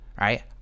right